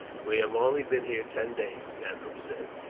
we have only been here ten days, gatho said,